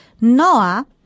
Noah